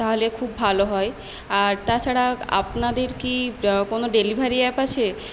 তাহলে খুব ভালো হয় আর তাছাড়া আপনাদের কি কোনো ডেলিভারি অ্যাপ আছে